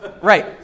Right